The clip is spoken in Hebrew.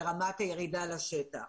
ברמת הירידה לשטח.